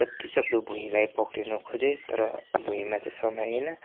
जतिसक्दो भुइँलाई पक्रिनु खोजेँ तर भुइँमा चाहिँ समाइएन